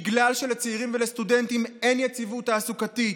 בגלל שלצעירים ולסטודנטים אין יציבות תעסוקתית,